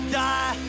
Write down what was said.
die